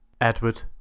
Edward